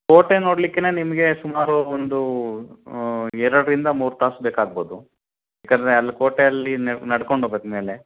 ಕೋಟೆ ನೋಡಲಿಕ್ಕೇನೆ ನಿಮಗೆ ಸುಮಾರು ಒಂದು ಎರಡರಿಂದ ಮೂರು ತಾಸು ಬೇಕಾಗ್ಬೋದು ಏಕಂದರೆ ಅಲ್ಲಿ ಕೋಟೆಯಲ್ಲಿ ನಡ್ಕೊಂಡು ಹೋಗ್ಬೇಕ್ ಮೇಲೆ